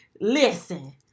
listen